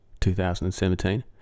2017